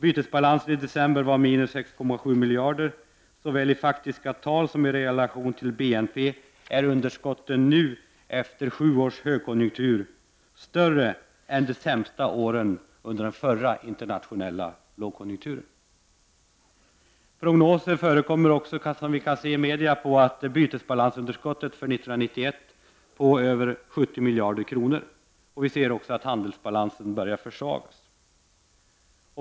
Bytesbalansen i december var minus 6,7 miljarder kronor. Såväl i faktiskta tal som sett i relation till BNP är underskotten nu, efter sju års högkonjunktur, större än de sämsta åren under den förra internationella lågkonjunkturen. Prognoser, som nu redovisas i media, tyder på ett bytesbalansunderskott år 1991 på över 70 miljarder kronor. Också handelsbalansen börjar nu att försvagas.